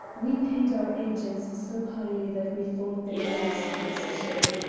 we paid our agents so highly that we thought their honesty was assured.